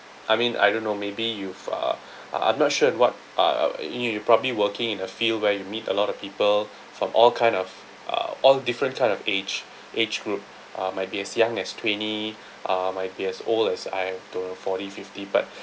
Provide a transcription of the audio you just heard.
I mean I don't know maybe you've uh uh I'm not sure in what uh you you probably working in a field where you meet a lot of people from all kind of uh all different kind of age age group uh might be as young as twenty uh might be as old as I don't know forty fifty but